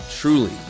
Truly